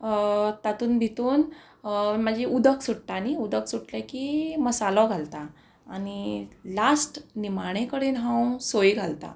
तातूंत भितर म्हाजी उदक सुट्टा न्ही उदक सुटलें की मसालो घालता आनी लास्ट निमाणे कडेन हांव सोय घालता